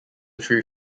threw